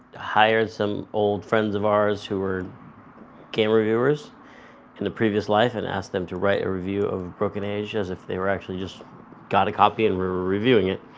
hired some old friends of ours who are game reviewers in the previous life and asked them to write a review of broken age as if they were actually, just got a copy and were reviewing it.